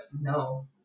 No